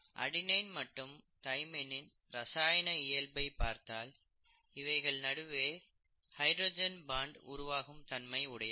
adenine மற்றும் தைமைனின் ரசாயன இயல்பை பார்த்தால் இவைகளின் நடுவே ஹைட்ரஜன் பாண்ட் உருவாக்கும் தன்மை உடையவை